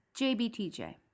JBTJ